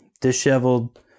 disheveled